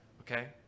okay